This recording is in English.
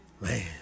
Man